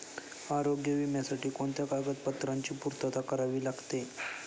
आरोग्य विम्यासाठी कोणत्या कागदपत्रांची पूर्तता करावी लागते?